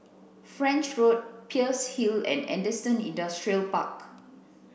French Road Peirce Hill and Henderson Industrial Park